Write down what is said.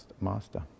master